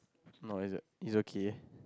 no it's it's okay